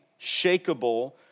shakable